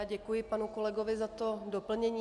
Děkuji panu kolegovi za doplnění.